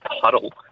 puddle